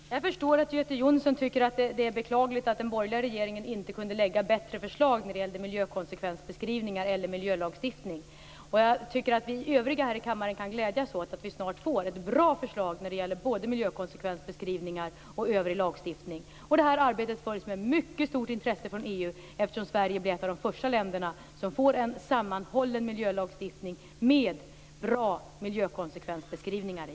Fru talman! Jag förstår att Göte Jonsson tycker att det är beklagligt att den borgerliga regeringen inte kunde lägga fram bättre förslag när det gällde miljökonsekvensbeskrivningar eller miljölagstiftning. Jag tycker att vi övriga här i kammaren kan glädjas åt att vi snart får ett bra förslag när det gäller både miljökonsekvensbeskrivningar och övrig lagstiftning. Det här arbetet följs med mycket stort intresse från EU, eftersom Sverige blir ett av de första länderna som får en sammanhållen miljölagstiftning med bra miljökonsekvensbeskrivningar i.